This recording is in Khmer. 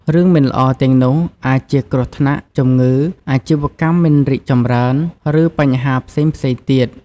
រឿងមិនល្អទាំងនោះអាចជា គ្រោះថ្នាក់ ជំងឺ អាជីវកម្មមិនរីកចម្រើន ឬបញ្ហាផ្សេងៗទៀត។